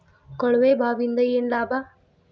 ಕೊಳವೆ ಬಾವಿಯಿಂದ ಏನ್ ಲಾಭಾ?